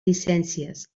llicències